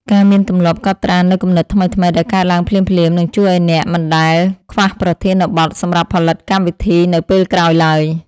ការមានទម្លាប់កត់ត្រានូវគំនិតថ្មីៗដែលកើតឡើងភ្លាមៗនឹងជួយឱ្យអ្នកមិនដែលខ្វះប្រធានបទសម្រាប់ផលិតកម្មវិធីនៅពេលក្រោយឡើយ។